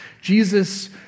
Jesus